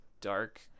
dark